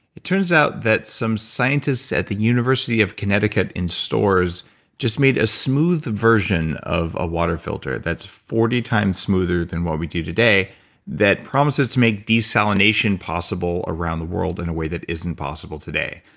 it turns out that some scientists at the university of connecticut in storrs just made a smooth version of a water filter that's forty times smoother than what we do today that promises to make desalination possible around the world in a way that isn't possible today.